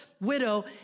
widow